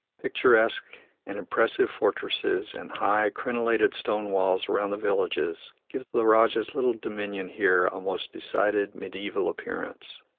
picturesque and impressive fortresses, and high, crenellated stone walls around the villages give the rajah's little dominion here a most decided mediaeval appearance,